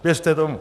Věřte tomu.